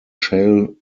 shell